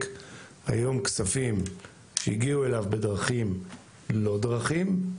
היום כספים שהגיעו אליו בדרכים לא דרכים,